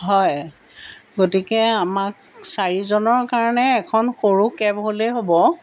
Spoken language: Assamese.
হয় গতিকে আমাক চাৰি জনৰ কাৰণে এখন সৰু কেব হ'লেই হ'ব